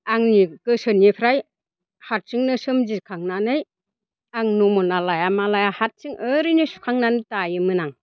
आंनि गोसोनिफ्राय हारसिंनो सोमजिखांनानै आं नुमना लाया मा लाया हारसिं ओरैनो सुखांनानै दायोमोन आं